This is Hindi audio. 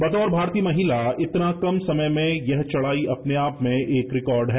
बतौर भारतीय महिला इतना कम समय में यह चढ़ाई अपने आप मे एक रिकॉर्ड है